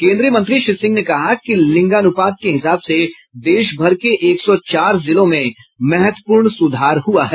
केन्द्रीय मंत्री श्री सिंह ने कहा कि लिंगानुपात के हिसाब से देश भर के एक सौ चार जिलों में महत्वपूर्ण सुधार हुआ है